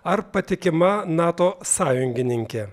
ar patikima nato sąjungininkė